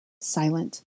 silent